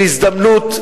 זו הזדמנות,